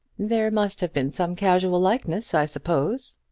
there must have been some casual likeness i suppose.